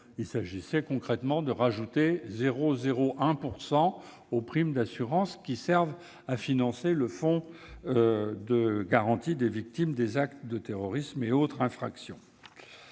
Il s'agissait concrètement de rajouter 0,01 % aux primes d'assurance qui servent à financer le fonds de garantie des victimes des actes de terrorisme et d'autres infractions.